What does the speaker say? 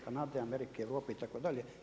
Kanada, Amerike, Europe itd.